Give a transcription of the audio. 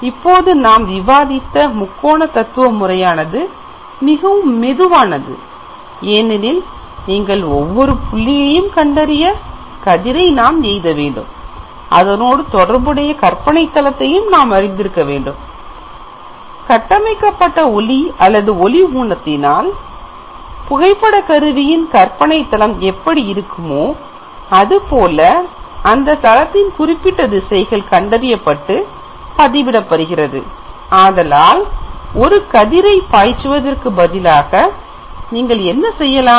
இப்போது நாம் விவாதித்த முக்கோண தத்துவ முறையானது மிகவும் மெதுவானது ஏனெனில் நீங்கள் ஒவ்வொரு புள்ளியையும் கண்டறிய கதிரை நாம் எய்த வேண்டும் அதனோடு தொடர்புடைய கற்பனை தளத்தையும் அறிந்திருக்க வேண்டும் கட்டமைக்கப்பட்ட ஒளி அல்லது ஒளி மூலத்தினால் புகைப்படக் கருவியின் கற்பனை தளம் எப்படி இருக்குமோ அது போல அந்த தளத்தின் குறிப்பிட்ட திசைகள் கண்டறியப்பட்டு பதிவிடப்படுகிறது ஆதலால் ஒரு கதிரை பாய்ச்சுவதற்கு பதிலாக நீங்கள் என்ன செய்யலாம்